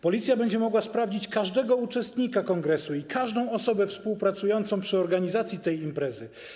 Policja będzie mogła sprawdzić każdego uczestnika kongresu i każdą osobę współpracującą przy organizacji tej imprezy.